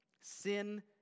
Sin